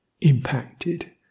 impacted